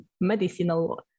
medicinal